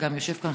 שגם יושב כאן,